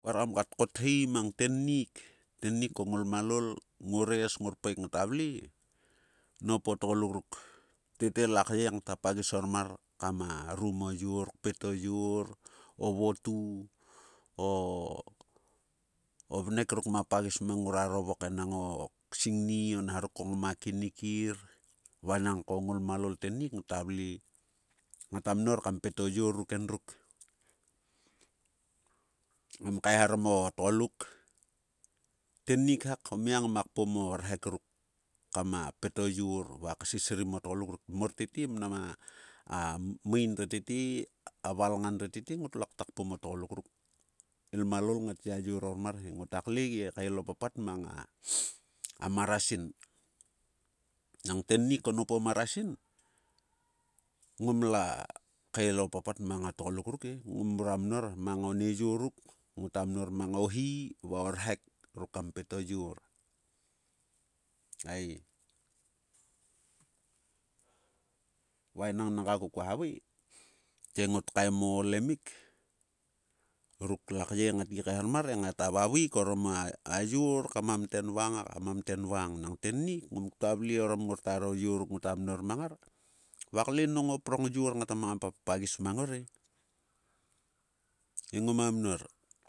Kua ra kam kat kothei mang tennik. tennik ko ngolmalol. ngores ngorpaek ngta vle. noup o tgoluk ruk tete lakyei ngta pagis ormor. kama rum o yor. kept o yor. o votu o ovnek ruk ngma pagis mang ngruaro vok enang o singni o nharok ko ngma kinikir va nangko ngolmalol tennik ngta vle. Ngata mnor kam pet o yor ruk endruk ngam kaeharom o tgoluk. Tiennik hak o mia ngma kpom o rhek ruk kama pet o yor va ksisrim o tgoluk ruk. mor tete mnam a main to tete. a valngan to tete ngotlo kta kpom o tgoluk ruk ilmalool ngait yayor ormar he. Ngota kle gi kael o papat mang a marasin. Nnag tennik ko noup o marasin. ngom la kael o papat mang o tgoluk ruke. ngom mrua mnor mang one yor ruk ngota mnor mang ohii va o rehek ruk kam pet o yor. Eii va enang naga ko kua havae. te ngot kaem o olemik ruk lakyei ngat gi kaehar mar he ngota vavaik orom a yor ka mamten vang ka mamte n vang nang tennik ngom ktua vle orom ngorta ro yor ruk ngota mnor mang ngar. va kle nang o ptong yor ngata pagis mang ngore. he ngoma mnor.